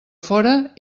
fora